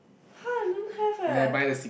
har I don't have eh